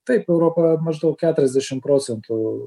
taip europa maždaug keturiasdešim procentų